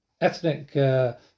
ethnic